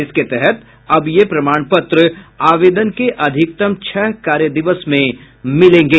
इसके तहत अब ये प्रमाण पत्र आवेदन के अधिकतम छह कार्यदिवस में मिलेंगे